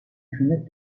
hükümet